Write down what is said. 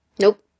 Nope